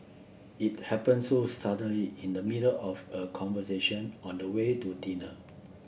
it happened so suddenly in the middle of a conversation on the way to dinner